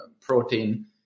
protein